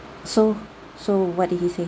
so so what did he say